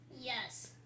Yes